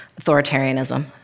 authoritarianism